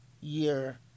year